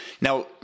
Now